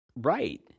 Right